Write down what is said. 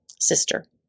sister